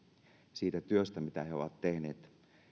siitä työstä mitä he ovat tehneet